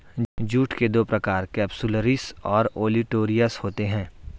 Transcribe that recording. jute के दो प्रकार केपसुलरिस और ओलिटोरियस होते हैं